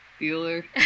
Bueller